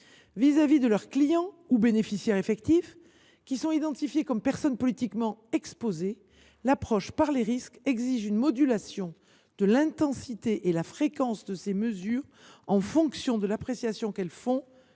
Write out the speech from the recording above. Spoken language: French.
vis à vis de leurs clients ou bénéficiaires effectifs qui sont identifiés comme personnes politiquement exposées, l’approche par les risques exige une modulation de l’intensité et de la fréquence de ces mesures en fonction de l’appréciation qu’elles font